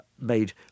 made